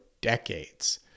decades